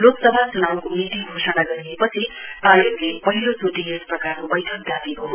लोकसभा चुनावको मिति घोषणा गरिएपछि आयोगले पहिलो चोटि यस प्रकारको बैठक डाकेको हो